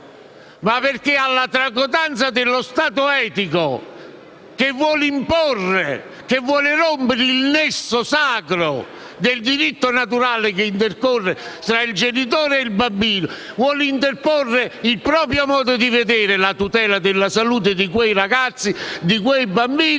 C'è la tracotanza dello Stato etico, che vuole rompere il nesso sacro del diritto naturale, che intercorre tra genitore e bambino e vuole interporre il proprio modo di vedere la tutela della salute dei ragazzi e dei bambini.